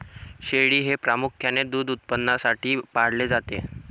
शेळी हे प्रामुख्याने दूध उत्पादनासाठी पाळले जाते